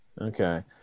Okay